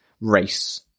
race